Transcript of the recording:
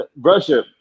Russia